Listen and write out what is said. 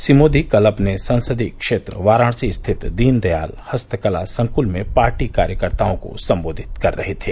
श्री मोदी कल अपने संसदीय क्षेत्र वाराणसी स्थित दीन दयाल हस्तकला संक्ल में पार्टी कार्यकर्ताओं को संबोधित कर रहे थे